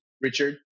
Richard